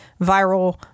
viral